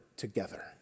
together